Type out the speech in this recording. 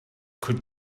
could